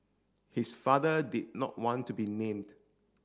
his father did not want to be named